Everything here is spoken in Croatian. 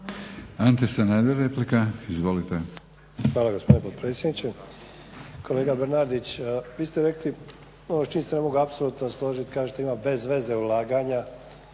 Ante Sanader, replika. Izvolite.